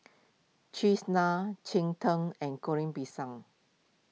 Cheese Naan Cheng Tng and Goreng Pisang